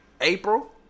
April